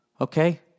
okay